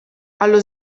allo